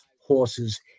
horses